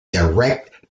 direct